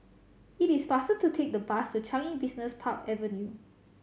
it is faster to take the bus to Changi Business Park Avenue